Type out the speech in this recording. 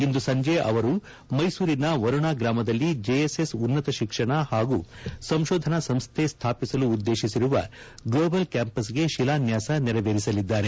ಇಂದು ಸಂಜೆ ಅವರು ಮೈಸೂರಿನ ವರುಣಾ ಗ್ರಾಮದಲ್ಲಿ ಜೆಎಸ್ಎಸ್ ಉನ್ನತ ಶಿಕ್ಷಣ ಹಾಗೂ ಸಂಶೋಧನಾ ಸಂಸ್ಥೆ ಸ್ಥಾಪಿಸಲು ಉದ್ದೇಶಿಸಿರುವ ಗ್ಲೋಬಲ್ ಕ್ಯಾಂಪಸ್ಗೆ ಶಿಲಾನ್ಯಾಸ ನೆರವೇರಿಸಲಿದ್ದಾರೆ